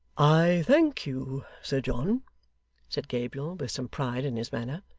i thank you, sir john said gabriel, with some pride in his manner,